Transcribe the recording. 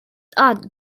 odd